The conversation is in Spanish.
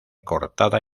cortada